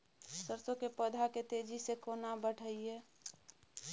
सरसो के पौधा के तेजी से केना बढईये?